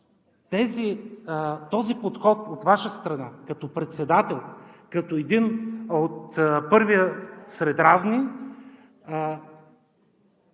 този подход от Ваша страна като председател, като пръв сред равни,